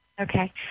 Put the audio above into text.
Okay